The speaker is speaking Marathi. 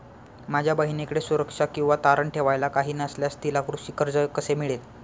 माझ्या बहिणीकडे सुरक्षा किंवा तारण ठेवायला काही नसल्यास तिला कृषी कर्ज कसे मिळेल?